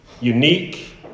Unique